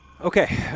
Okay